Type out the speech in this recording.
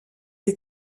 les